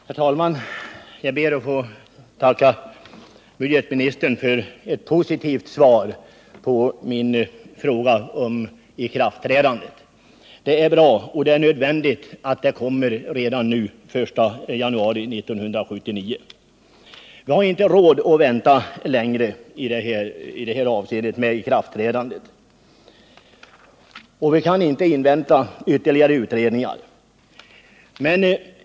Herr talman! Jag ber att få tacka budgetministern för ett positivt svar på min fråga om ikraftträdandet. Det är nödvändigt att det kommer senast den 1 januari 1979. Vi har inte råd att vänta längre med ikraftträdandet, och vi kan inte invänta ytterligare utredningar.